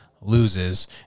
loses